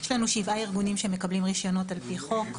יש לנו שבעה ארגונים שמקבלים רישיונות על פי חוק,